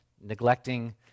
neglecting